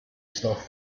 stuff